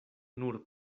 nur